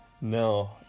No